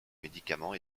médicament